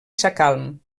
sacalm